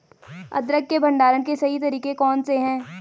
अदरक के भंडारण के सही तरीके कौन से हैं?